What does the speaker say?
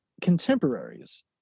contemporaries